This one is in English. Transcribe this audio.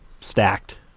stacked